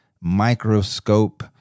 microscope